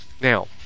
Now